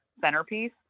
centerpiece